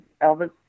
Elvis